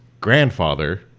grandfather